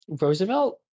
Roosevelt